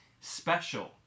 special